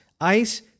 ICE